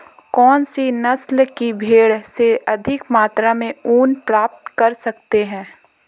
कौनसी नस्ल की भेड़ से अधिक मात्रा में ऊन प्राप्त कर सकते हैं?